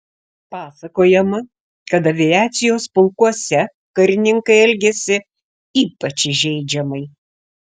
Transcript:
pasakojama kad aviacijos pulkuose karininkai elgėsi ypač įžeidžiamai